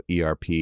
ERP